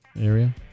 area